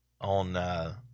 on